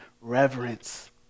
reverence